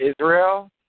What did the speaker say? Israel